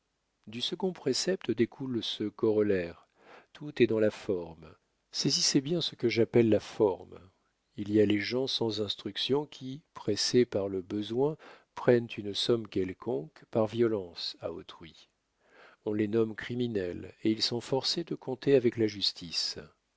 du second précepte découle ce corollaire tout est dans la forme saisissez bien ce que j'appelle la forme il y a des gens sans instruction qui pressés par le besoin prennent une somme quelconque par violence à autrui on les nomme criminels et ils sont forcés de compter avec la justice